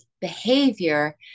Behavior